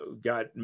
got